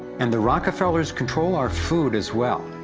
and the rockefellers control our food as well.